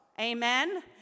amen